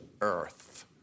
Earth